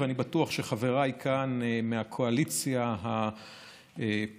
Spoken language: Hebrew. אני בטוח שחבריי כאן מהקואליציה הפוטנציאלית